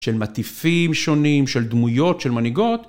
של מטיפים שונים, של דמויות, של מנהיגות.